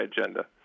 agenda